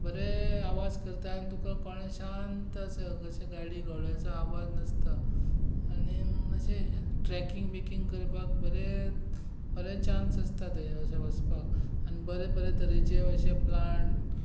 बरे आवाज करता आनी तुका शांत अशें ट्रॅकिंग ब्रिकिंग करपाक बरें चान्स आसता थंय वचपाक आनी बरे बरे तरेचे अशे प्लांट्स